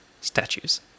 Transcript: statues